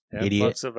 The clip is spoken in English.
Idiot